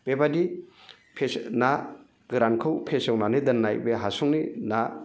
बेबादि ना गोरानखौ फेसेवनानै दोनना बे हासुंनि ना